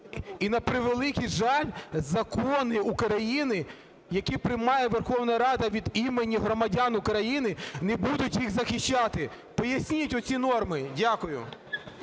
І превеликий жаль, закони України, які приймає Верховна Рада від імені громадян України, не будуть їх захищати. Поясніть оці норми. Дякую.